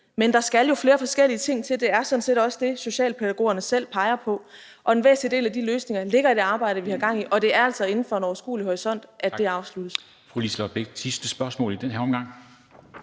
Men der skal jo flere forskellige ting til, og det er sådan set også det, som Socialpædagogerne selv peger på. Og en væsentlig del af de løsninger ligger i det arbejde, vi har gang i, og det er altså inden for en overskuelig horisont, at det afsluttes.